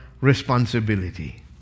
responsibility